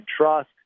trust